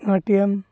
ATM